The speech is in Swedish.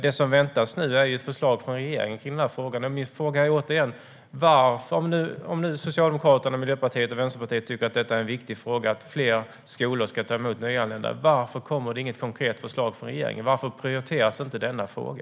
Det som väntas nu är ett förslag från regeringen i frågan. Jag ställer min fråga återigen. Om nu Socialdemokraterna, Miljöpartiet och Vänsterpartiet tycker att det är en viktig fråga att fler skolor ska ta emot nyanlända - varför kommer det då inget konkret förslag från regeringen? Varför prioriteras inte denna fråga?